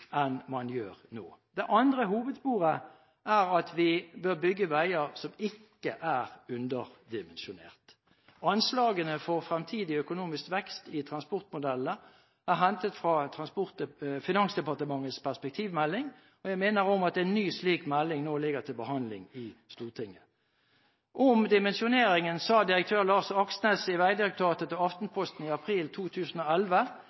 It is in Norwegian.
enn man gjør nå? Det andre hovedsporet er at vi bør bygge veier som ikke er underdimensjonerte. Anslagene for fremtidig økonomisk vekst i transportmodeller er hentet fra Finansdepartementets perspektivmelding, og jeg minner om at en ny slik melding nå ligger til behandling i Stortinget. Om dimensjoneringen sa direktør Lars Aksnes i Vegdirektoratet til